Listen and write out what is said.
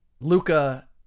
Luca